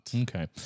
Okay